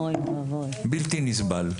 בלתי נסבל.